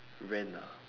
rent ah